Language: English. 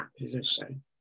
position